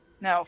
No